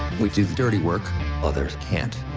we do the dirty work others can't.